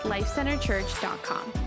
LifeCenterChurch.com